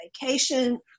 vacation